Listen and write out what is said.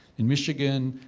in michigan.